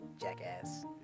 jackass